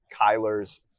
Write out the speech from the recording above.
Kyler's